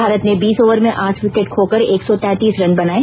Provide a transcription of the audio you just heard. भारत ने बीस ओवर में आठ विकेट खोकर एक सौ तैंतीस रन बनाए